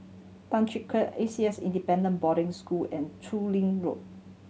A C S Independent Boarding School and Chu Lin Road